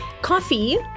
Coffee